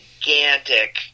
gigantic